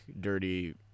dirty